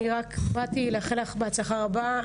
אני רק באתי לאחל לך בהצלחה רבה.